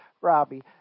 Robbie